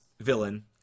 villain